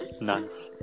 Nice